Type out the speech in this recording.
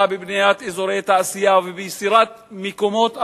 בבניית אזורי תעשייה וביצירת מקומות עבודה,